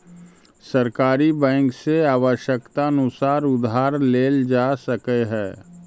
सहकारी बैंक से आवश्यकतानुसार उधार लेल जा सकऽ हइ